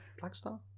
Blackstar